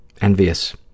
envious